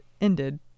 ended